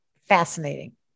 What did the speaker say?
Fascinating